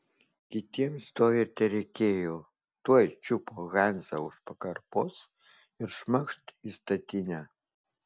kitiems to ir tereikėjo tuoj čiupo hansą už pakarpos ir šmakšt į statinę